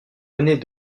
mener